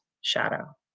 shadow